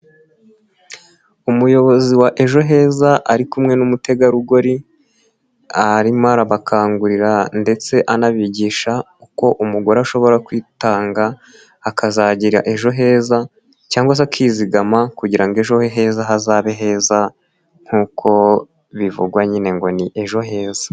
Umuyobozi wa Ejo heza, ari kumwe n'umutegarugori arimo arabakangurira ndetse anabigisha uko umugore ashobora kwitanga akazagirarira ejo heza cyangwa se akizigama kugira ejo he heza hazabe heza, nk'uko bivugwa nyine ngo ni Ejo heza.